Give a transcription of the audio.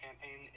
campaign